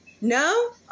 No